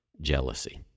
jealousy